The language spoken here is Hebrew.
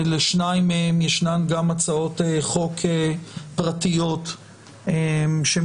לשניים מהם ישנן גם הצעות חוק פרטיות שמתכתבות